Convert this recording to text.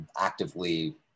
actively